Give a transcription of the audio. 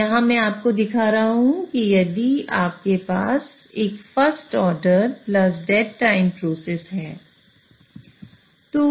तो यहां मैं आपको दिखा रहा हूं कि यदि आपके पास एक first order plus dead time process है